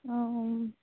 অঁ